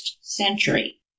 century